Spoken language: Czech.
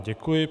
Děkuji.